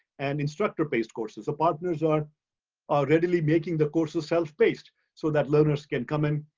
and instructor-based courses. partners are are readily making the courses self-paced, so that learners can come in,